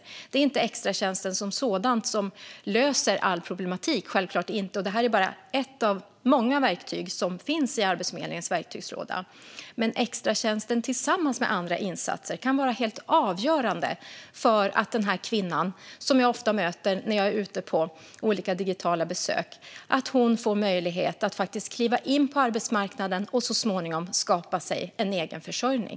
Det är självklart inte extratjänsten som sådan som löser all problematik. Det här är bara ett av många verktyg som finns i Arbetsförmedlingens verktygslåda. Men extratjänsten tillsammans med andra insatser kan vara helt avgörande för att en kvinna - för det är ofta kvinnor jag möter när jag är ute på olika digitala besök - får möjlighet att kliva in på arbetsmarknaden och så småningom skapa sig en egen försörjning.